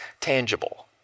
tangible